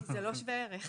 כי זה לא שווה ערך.